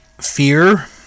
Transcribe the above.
fear